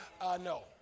No